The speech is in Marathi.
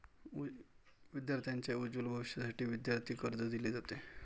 विद्यार्थांच्या उज्ज्वल भविष्यासाठी विद्यार्थी कर्ज दिले जाते